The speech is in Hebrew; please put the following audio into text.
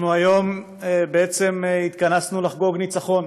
בעצם התכנסנו היום לחגוג ניצחון.